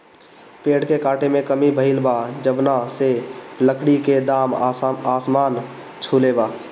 पेड़ के काटे में कमी भइल बा, जवना से लकड़ी के दाम आसमान छुले बा